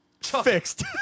Fixed